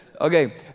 Okay